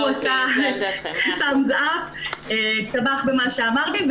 הוא תמך במה שאמרתי,